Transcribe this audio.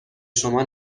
شما